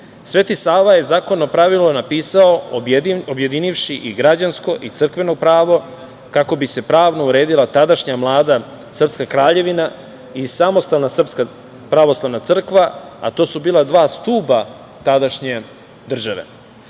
Sveti Sava je Zakonopravilo napisao objedinivši i građansko i crkveno pravo, kako bi se pravno uredila tadašnja mlada srpska kraljevina i samostalna srpska pravoslavna crkva, a to su bila dva stuba tadašnje države.